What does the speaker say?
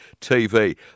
TV